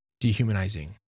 dehumanizing